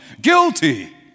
guilty